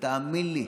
ותאמין לי,